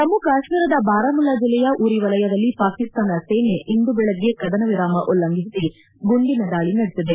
ಜಮ್ಮ ಕಾಶ್ಮೀರದ ಬಾರಾಮುಲ್ಲಾ ಜಿಲ್ಲೆಯ ಉರಿ ವಲಯದಲ್ಲಿ ಪಾಕಿಸ್ತಾನ ಸೇನೆ ಇಂದು ಬೆಳಗ್ಗೆ ಕದನವಿರಾಮ ಉಲ್ಲಂಘಿಸಿ ಗುಂಡಿನ ದಾಳಿ ನಡೆಸಿದೆ